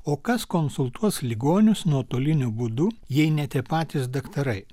o kas konsultuos ligonius nuotoliniu būdu jei ne tik patys daktarai